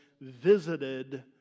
visited